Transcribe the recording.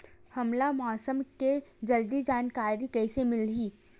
हमला मौसम के जल्दी जानकारी कइसे मिलही?